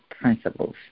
principles